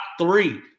three